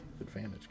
advantage